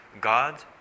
God